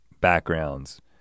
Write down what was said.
backgrounds